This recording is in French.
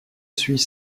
suis